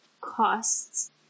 costs